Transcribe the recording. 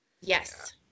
yes